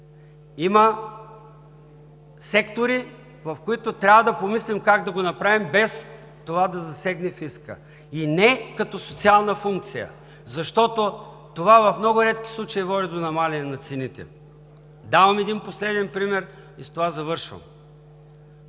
Има сектори, в които трябва да помислим как да го направим, без това да засегне фиска, и не като социална функция, защото това в много редки случаи води до намаляване на цените. Давам един последен пример и с това завършвам.